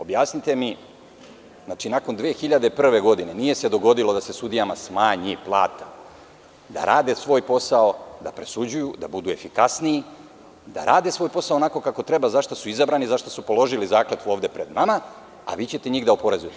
Objasnite mi, nakon 2001. godine nije se dogodilo da se sudijama smanji plata, da rade svoj posao, da presuđuju, da budu efikasniji, da rade svoj posao onako kako treba, za šta su izabrani, za šta su položili zakletvu ovde pred nama, a vi ćete njih da oporezujete.